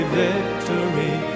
victory